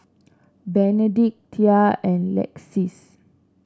Benedict Thea and Lexis